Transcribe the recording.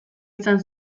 izan